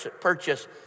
purchase